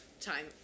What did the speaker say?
time